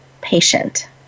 Patient